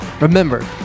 Remember